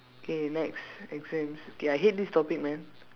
okay next exams okay I hate this topic man